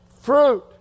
fruit